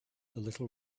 little